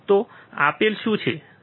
તો આપેલ શું છે